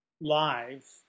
live